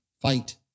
fight